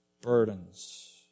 burdens